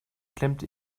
klemmte